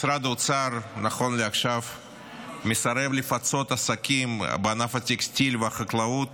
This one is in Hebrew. משרד האוצר נכון לעכשיו מסרב לפצות עסקים בענפי הטקסטיל והחקלאות